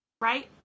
right